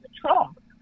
Trump